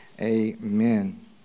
Amen